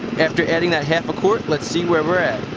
after adding that half a quart, let's see where we're at.